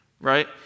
Right